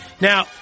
Now